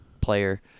player